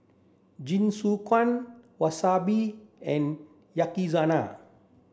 Jingisukan Wasabi and Yakizakana